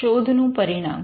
શોધનું પરિણામ